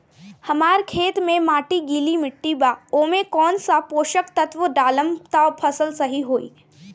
हमार खेत के माटी गीली मिट्टी बा ओमे कौन सा पोशक तत्व डालम त फसल सही होई?